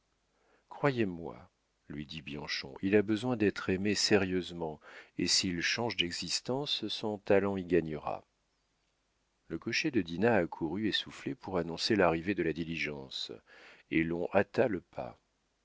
croyez-moi lui dit bianchon il a besoin d'être aimé sérieusement et s'il change d'existence son talent y gagnera le cocher de dinah accourut essoufflé pour annoncer l'arrivée de la diligence et l'on hâta le pas